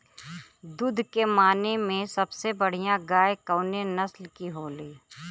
दुध के माने मे सबसे बढ़ियां गाय कवने नस्ल के होली?